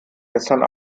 gestern